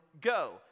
go